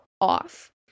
off